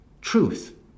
Truth